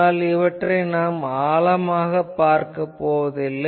ஆனால் நாம் இவற்றை ஆழமாகப் பார்க்கப் போவதில்லை